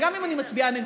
וגם אם אני מצביעה נגדו,